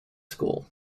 school